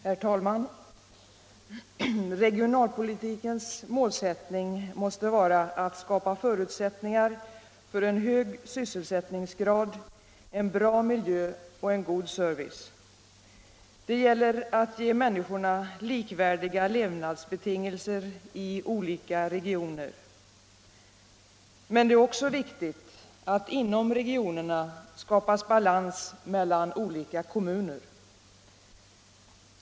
Herr talman! Regionalpolitikens målsättning måste vara att skapa förutsättningar för en hög sysselsättningsgrad, en bra miljö och en väl utbyggd service. Det gäller att ge människorna likvärdiga levnadsbetingelser i olika regioner. Men det är också viktigt att inom regionerna skapa balans mellan olika kommuner.